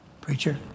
Preacher